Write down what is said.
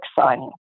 signing